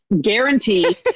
guarantee